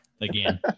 again